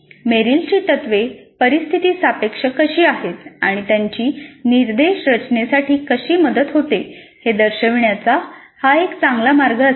मेरिलची तत्त्वे परिस्थिति सापेक्ष कशी आहेत आणि त्यांची निर्देश रचनेसाठी कशी मदत होते हे दर्शविण्याचा हा एक चांगला मार्ग असेल